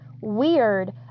weird